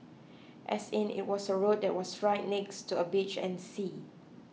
as in it was a road that was right next to a beach and sea